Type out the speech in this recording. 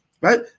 right